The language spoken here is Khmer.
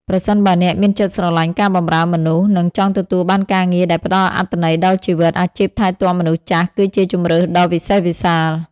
ប្រសិនបើអ្នកមានចិត្តស្រឡាញ់ការបម្រើមនុស្ស និងចង់ទទួលបានការងារដែលផ្តល់អត្ថន័យដល់ជីវិត អាជីពថែទាំមនុស្សចាស់គឺជាជម្រើសដ៏វិសេសវិសាល។